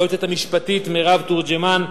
ליועצת המשפטית מירב תורג'מן,